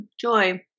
joy